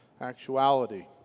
actuality